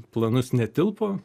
planus netilpo